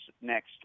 next